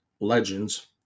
Legends